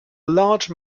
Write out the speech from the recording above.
large